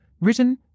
written